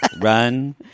Run